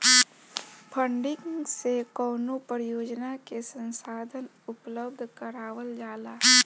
funding से कवनो परियोजना के संसाधन उपलब्ध करावल जाला